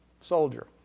soldier